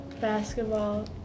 Basketball